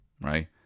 right